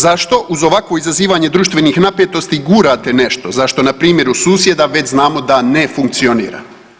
Zašto uz ovakvo izazivanje društvenim napetosti gurate nešto za što na primjeru susjeda već znamo da ne funkcionira?